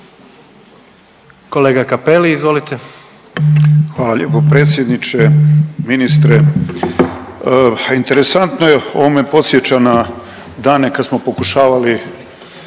**Cappelli, Gari (HDZ)** Hvala lijepo predsjedniče, ministre. Interesantno je, ovo me podsjeća na dane kad smo pokušavali